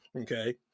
Okay